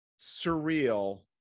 surreal